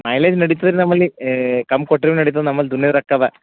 mileage ನಡಿತದ ರಿ ನಮ್ಮಲ್ಲಿ ಏ ಕಮ್ ಕೊಟ್ಟರು ನಡಿತದೆ ನಮ್ಮಲ್ಲಿ ದುನಿ ರೊಕ್ಕವ